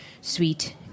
sweet